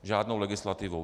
Žádnou legislativou.